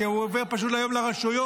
כי הוא עובר פשוט היום לרשויות,